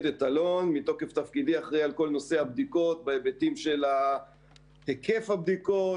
מתוקף תפקידי אני אחראי על כל נושא הבדיקות בהיבטים של היקף הבדיקות,